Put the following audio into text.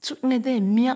Su ɛghe dɛɛ nya